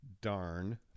Darn